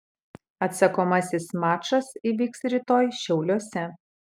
atsakomasis mačas įvyks rytoj šiauliuose